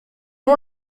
nom